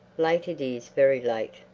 late it is very late!